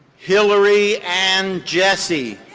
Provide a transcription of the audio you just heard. hillary ann jesse.